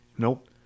Nope